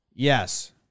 Yes